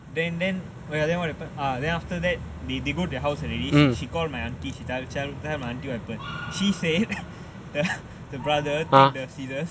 then then well what happen then after that they go their house already and she called my auntie she tell tell my auntie what happen she said the the brother take the scissors